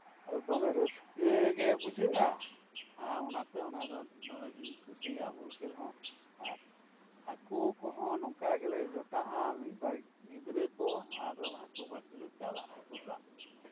ᱟᱫᱚ ᱫᱚᱢᱮ ᱨᱟᱹᱥᱠᱟᱹ ᱜᱮ ᱵᱩᱡᱷᱟᱹᱜᱼᱟ ᱟᱨ ᱚᱱᱟᱛᱮ ᱚᱱᱟ ᱫᱚ ᱫᱚᱢᱮ ᱜᱤᱧ ᱠᱩᱥᱤᱭᱟᱜᱼᱟ ᱵᱚᱞ ᱠᱷᱮᱞ ᱦᱚᱸ ᱟᱨ ᱦᱟᱹᱠᱩ ᱠᱚᱦᱚᱸ ᱱᱚᱝᱠᱟ ᱜᱮᱞᱮ ᱡᱚᱴᱟᱜᱼᱟ ᱢᱤᱫᱼᱵᱟᱨ ᱜᱤᱫᱽᱨᱟᱹ ᱠᱚ ᱟᱫᱚ ᱦᱟᱹᱠᱩ ᱵᱟᱬᱥᱤ ᱞᱮ ᱪᱟᱞᱟᱜᱼᱟ ᱦᱟᱹᱠᱩ ᱥᱟᱵ